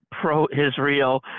pro-Israel